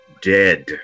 dead